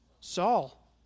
Saul